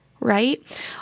right